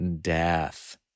death